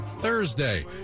Thursday